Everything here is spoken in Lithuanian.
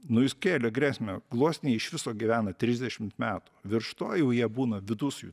nu jis kėlė grėsmę gluosniai iš viso gyvena trisdešimt metų virš to jau jie būna vidus jų